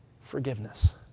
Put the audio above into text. forgiveness